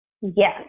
Yes